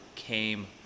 Came